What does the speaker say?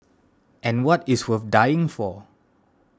and what is worth dying for